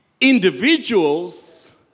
Individuals